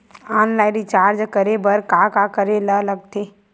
Online recharge करे बर का का करे ल लगथे?